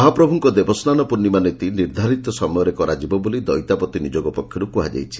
ମହାପ୍ରଭୁଙ୍କ ଦେବସ୍ୱାନ ପୂର୍ଶ୍ୱିମା ନୀତି ନିର୍ବ୍ବାରିତ ସମୟରେ କରାଯିବ ବୋଲି ଦଇତାପତି ନିଯୋଗ ପକ୍ଷର୍ କୁହାଯାଇଛି